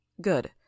Good